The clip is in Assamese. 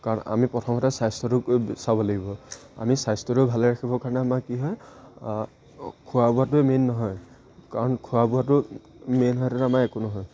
কাৰণ আমি প্ৰথমতে স্বাস্থ্যটো চাব লাগিব আমি স্বাস্থ্যটো ভালে ৰাখিবৰ কাৰণে আমাৰ কি হয় খোৱা বোৱাটোৱেই মেইন নহয় কাৰণ খোৱা বোৱাটো মেইন হ'লেতো আমাৰ একো নহয়